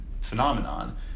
phenomenon